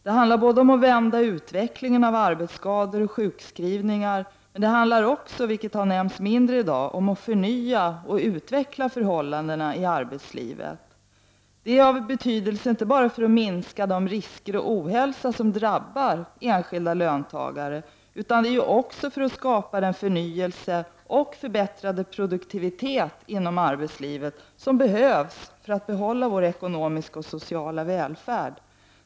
Det handlar både om att vända utvecklingen i arbetsskadeoch sjukskrivningsfrekvensen och om att, trots att det i dag inte talats så mycket om det, förnya och utveckla förhållandena i arbetslivet. Det har betydelse inte bara för att minska de risker för ohälsa som de enskilda löntagarna utsätts för utan också för att skapa den förnyelse och förbättring av produktiviteten inom arbetslivet som behövs för att vi skall kunna behålla vår ekonomiska och sociala välfärd.